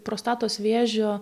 prostatos vėžio